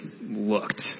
looked